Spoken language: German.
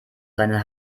seinen